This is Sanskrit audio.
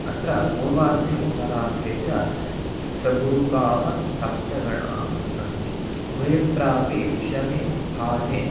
अत्र पूर्वार्धे उत्तरार्धे च स् सगुरुकाः सप्तगणाः सन्ति उभयत्रापि विषमे स्थाने